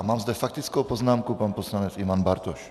A mám zde faktickou poznámku, pan poslanec Ivan Bartoš.